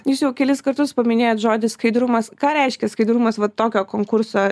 jūs jau kelis kartus paminėjot žodį skaidrumas ką reiškia skaidrumas va tokio konkurso